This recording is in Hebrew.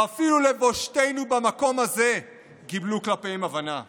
ואפילו לבושתנו במקום הזה קיבלו הבנה כלפיהם.